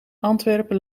antwerpen